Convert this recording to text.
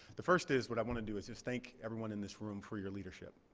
the first is, what i want to do is just thank everyone in this room for your leadership.